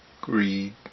Greed